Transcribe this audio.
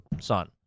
son